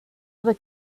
other